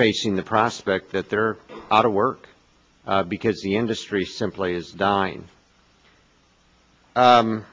facing the prospect that they're out of work because the industry simply is dying let